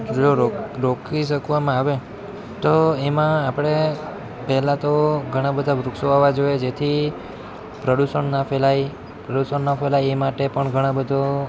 જો રોક રોકી શકવામાં આવે તો એમાં આપણે પહેલાં તો ઘણાં બધાં વૃક્ષો વાવવા જોઈએ જેથી પ્રદૂષણ ના ફેલાય પ્રદૂષણ ન ફેલાય એ માટે પણ ઘણાં બધું